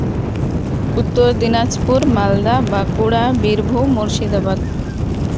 Uttar Dinajpur Malda Bankura Birbhum Murshidabad